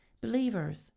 believers